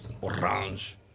Orange